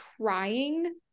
crying